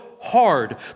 hard